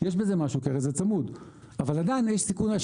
יש בזה משהו כי הרי זה צמוד,